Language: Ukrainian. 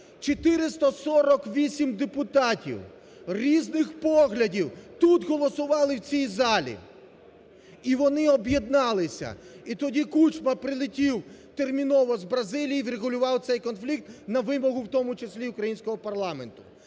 448 депутатів різних поглядів тут голосували в цій залі, і вони об'єдналися. І тоді Кучма прилетів терміново з Бразилії і врегулював цей конфлікт на вимогу в тому числі українського парламенту.